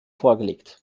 vorgelegt